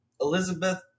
elizabeth